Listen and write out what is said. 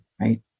right